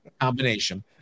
combination